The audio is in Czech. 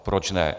Proč ne?